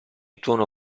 tuono